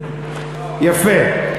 יפה.